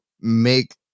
make